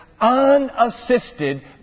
unassisted